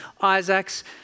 Isaac's